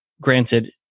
granted